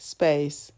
Space